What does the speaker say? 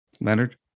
Leonard